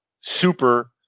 super